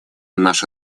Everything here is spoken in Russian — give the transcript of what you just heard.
наше